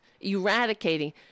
eradicating